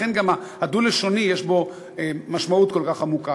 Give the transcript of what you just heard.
לכן גם הדו-לשוני, יש בו משמעות כל כך עמוקה.